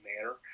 manner